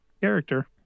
character